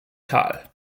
tal